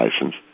license